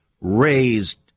raised